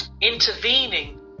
intervening